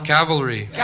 Cavalry